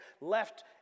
left